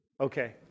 Okay